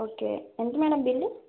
okay ఎంత madam bill